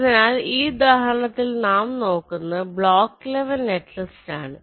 അതിനാൽ ഈ ഉദാഹരണത്തിൽ നാം നോക്കുന്നത് ബ്ലോക്ക് ലെവൽ നെറ്റ്ലിസ്റ് ആണ്